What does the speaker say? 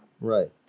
Right